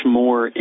more